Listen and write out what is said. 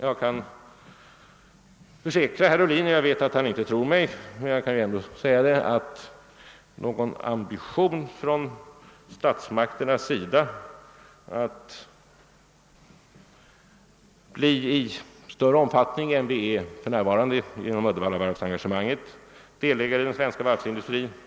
Jag kan försäkra herr Ohlin — jag vet dock att han inte tror mig — att någon ambition inte finns från statsmakternas sida att i större utsträckning än vi för närvarande är genom Uddevallavarvsengagemanget bli delägare i den svenska varvsindustrin.